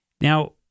Now—